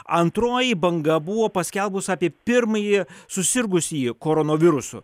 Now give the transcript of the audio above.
antroji banga buvo paskelbus apie pirmąjį susirgusįjį koronavirusu